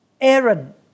Aaron